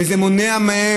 וזה מונע מהם,